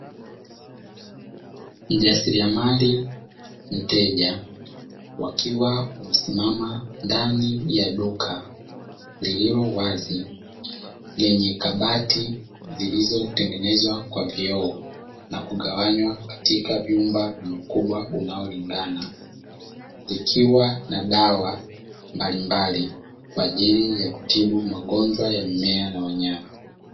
Mjasiliamali na mteja wakiwa wamesimama ndani ya duka lililowazi, lenye kabati zilizotengenezwa kwa vioo na kugawanywa katika vyumba ukubwa unaolingana, vikiwa na dawa mbalimbali kwa ajili ya kutibu magonjwa ya mimea na wanyama.